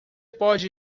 pode